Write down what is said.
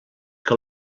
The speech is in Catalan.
que